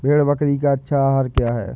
भेड़ बकरी का अच्छा आहार क्या है?